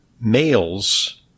males